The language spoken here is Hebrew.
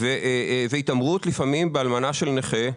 ולפעמים התעמרות באלמנה של נכה.